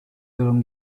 yorum